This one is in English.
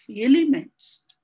elements